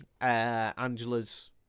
Angela's